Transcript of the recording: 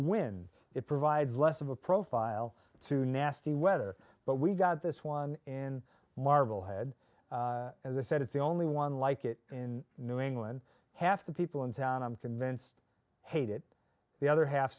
when it provides less of a profile to nasty weather but we've got this one in marble head as i said it's the only one like it in new england half the people in town i'm convinced hate it the other half